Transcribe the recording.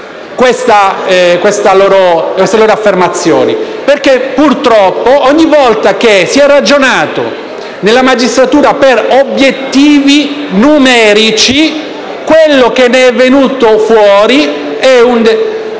queste affermazioni, perché - purtroppo - ogni volta che si è ragionato sulla magistratura per obiettivi numerici, ne è venuto fuori un